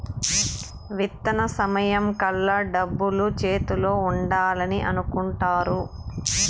విత్తన సమయం కల్లా డబ్బులు చేతిలో ఉండాలని అనుకుంటారు